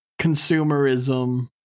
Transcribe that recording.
consumerism